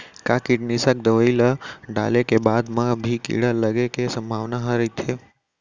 का कीटनाशक दवई ल डाले के बाद म भी कीड़ा लगे के संभावना ह रइथे?